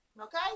Okay